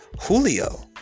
Julio